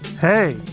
hey